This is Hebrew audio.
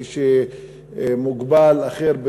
כשמוגבל אחר,